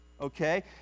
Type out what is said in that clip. Okay